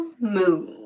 Moon